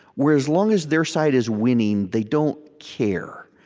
where as long as their side is winning, they don't care.